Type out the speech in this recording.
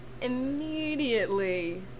immediately